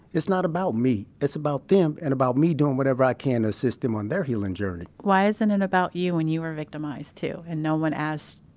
it's not about me. it's about them and about me doing whatever i can to assist them on their healing journey why isn't and about you when you were victimized too and no one asked?